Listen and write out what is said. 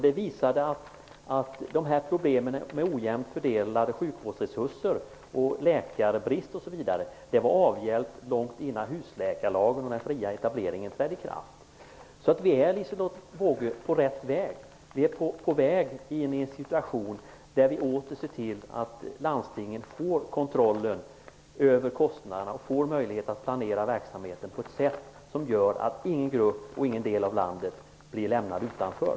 Detta visar att problemen med ojämnt fördelade sjukvårdsresurser, läkarbrist osv. var avhjälpta långt innan husläkarlagen och den fria etableringen trädde i kraft. Vi är alltså, Liselotte Wågö, på rätt väg. Vi är på väg in i en situation där vi åter ser till att landstingen får kontrollen över kostnaderna och får möjlighet att planera verksamheten så att ingen grupp och ingen del av landet lämnas utanför.